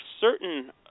certain